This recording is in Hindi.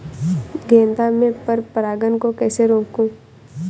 गेंदा में पर परागन को कैसे रोकुं?